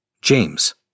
James